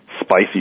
spicy